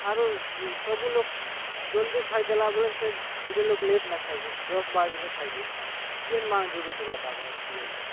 ଆରୁ ସବୁ ଲୋକ୍ ଜଲ୍ଦି ଖାଇ ଦେଲା ବେଳେ ସେ ଗୁଡ଼େ ଲୋକ୍ ଲେଟ୍ ନା ଖାଇ ଦେସୁଁ ଦଶ ବାର୍ ବାଜେ ଖାଇସି କିଏ ମାଆ ଜଗି ଥିବା ତାଙ୍କେ କେବଲ୍ ତ